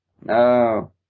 No